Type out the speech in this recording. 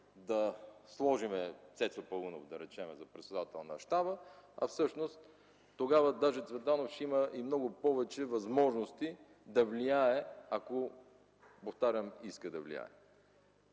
да сложим Цецо Паунов, да речем, за председател на щаба, всъщност тогава Цветанов ще има много повече възможности да влияе, повтарям, ако иска да влияе.